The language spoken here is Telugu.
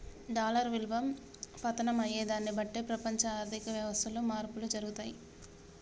డాలర్ విలువ పతనం అయ్యేదాన్ని బట్టే ప్రపంచ ఆర్ధిక వ్యవస్థలో మార్పులు జరుగుతయి